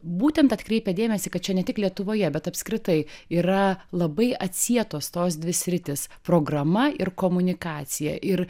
būtent atkreipia dėmesį kad čia ne tik lietuvoje bet apskritai yra labai atsietos tos dvi sritys programa ir komunikacija ir